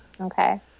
Okay